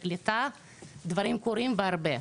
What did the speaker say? דברים קורים והרבה.